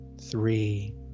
three